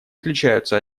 отличаются